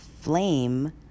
flame